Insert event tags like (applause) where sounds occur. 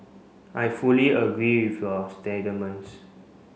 I fully agree with your (unintelligible)